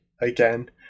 again